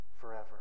forever